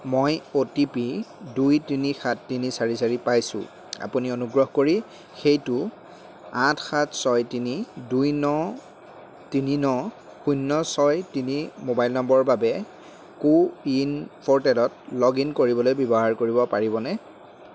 মই O T P দুই তিনি সাত তিনি চাৰি চাৰি পাইছো আপুনি অনুগ্ৰহ কৰি সেইটো আঠ সাত ছয় তিনি দুই ন তিনি ন শূন্য ছয় তিনি মোবাইল নম্বৰৰ বাবে কো ৱিন প'ৰ্টেলত লগ ইন কৰিবলৈ ব্যৱহাৰ কৰিব পাৰিবনে